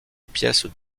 pièces